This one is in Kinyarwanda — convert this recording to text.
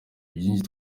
byinshi